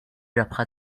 rebħa